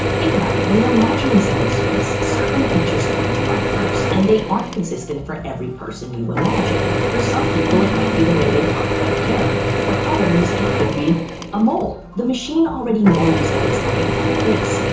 think about it, when you're imagining someone's face, certain features come to mind first, and they aren't consistent for every person you imagine. for some people, it might be the way they part their hair. for others, it could be a mole. the machine already knows that it's looking at a face,